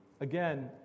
Again